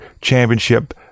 championship